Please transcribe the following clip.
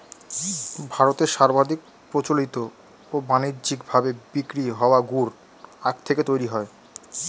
ভারতে সর্বাধিক প্রচলিত ও বানিজ্যিক ভাবে বিক্রি হওয়া গুড় আখ থেকেই তৈরি হয়